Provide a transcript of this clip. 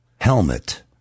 helmet